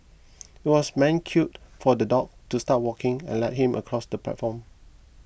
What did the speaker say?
it was man cue for the dog to start walking and lead him across the platform